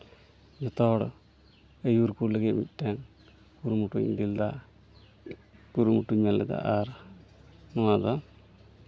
ᱡᱷᱚᱛᱚ ᱦᱚᱲ ᱟᱹᱭᱩᱨ ᱠᱚ ᱞᱟᱹᱜᱤᱫ ᱢᱤᱫᱴᱮᱱ ᱠᱩᱨᱩᱢᱩᱴᱩᱧ ᱤᱫᱤ ᱞᱮᱫᱟ ᱠᱩᱨᱩᱢᱩᱴᱩᱧ ᱢᱮᱱ ᱞᱮᱫᱟ ᱟᱨ ᱱᱚᱣᱟ ᱫᱚ